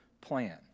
plan